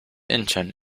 incheon